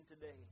today